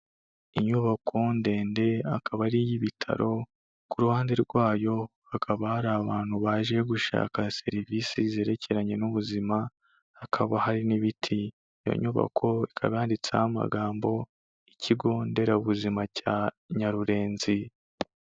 Inyubako ndende akaba ari iy'ibitaro, ku ruhande rwayo hakaba hari abantu baje gushaka serivisi zerekeranye n'ubuzima, hakaba hari n'ibiti. Iyo nyubako ikaba yanditseho amagambo Ikigo Nderabuzima cya Nyarurenzi.